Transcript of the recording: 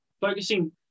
focusing